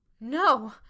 No